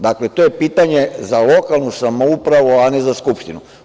Dakle, to je pitanje za lokalnu samoupravu, a ne za Skupštinu.